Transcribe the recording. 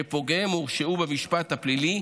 שפוגעיהם הורשעו במשפט הפלילי,